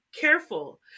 careful